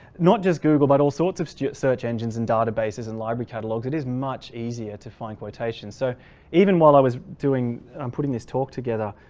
not just google but all sorts of student search engines and databases and library catalogs. it is much easier to find quotations. so even while i was doing i'm putting this talk together,